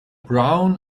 brown